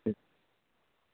ਅੱਛਾ